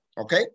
okay